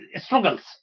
struggles